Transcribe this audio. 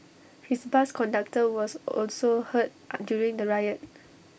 his bus conductor was also hurt on during the riot